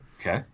Okay